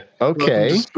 Okay